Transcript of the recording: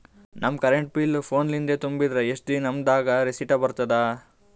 ನಮ್ current bill ಫೋನ ಲಿಂದೇ ತುಂಬಿದ್ರ, ಎಷ್ಟ ದಿ ನಮ್ ದಾಗ ರಿಸಿಟ ಬರತದ?